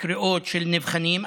בקריאות של נבחנים,